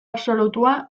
absolutua